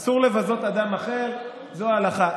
אסור לבזות אדם אחר, זו ההלכה.